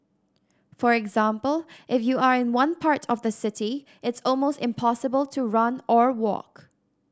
for example if you are in one part of the city it's almost impossible to run or walk